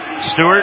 Stewart